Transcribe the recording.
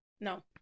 No